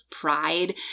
pride